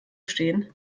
stehen